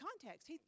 context